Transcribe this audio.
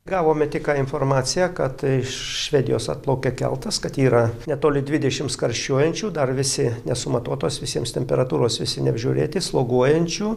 gavome tik ką informaciją kad iš švedijos atplaukė keltas kad yra netoli dvidešimts karščiuojančių dar visi nesumatuotos visiems temperatūros visi neapžiūrėti sloguojančių